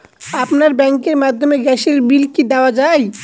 আপনার ব্যাংকের মাধ্যমে গ্যাসের বিল কি দেওয়া য়ায়?